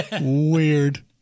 Weird